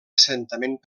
assentament